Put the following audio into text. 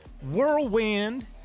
Whirlwind